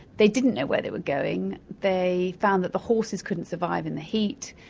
they didn't know where they were going they found that the horses couldn't survive in the heat,